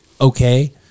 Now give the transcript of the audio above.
okay